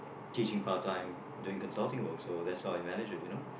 teaching part time doing consulting work that's how I managed it you know